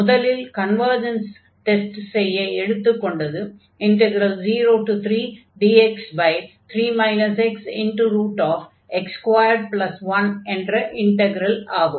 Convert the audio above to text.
முதலில் convergence test செய்ய எடுத்துக் கொண்டது 03dx3 xx21 என்ற இன்டக்ரல் ஆகும்